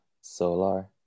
Solar